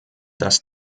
dass